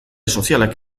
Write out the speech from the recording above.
sozialak